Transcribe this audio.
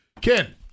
Ken